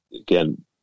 again